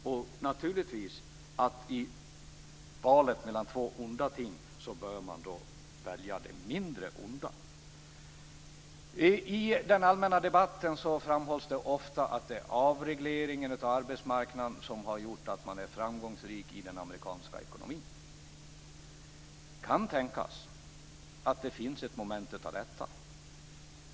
Och i valet mellan två onda ting bör man naturligtvis välja det mindre onda. I den allmänna debatten framhålls det ofta att det är avregleringen av arbetsmarknaden som har gjort att man är framgångsrik i den amerikanska ekonomin. Det kan tänkas att det finns ett moment av detta.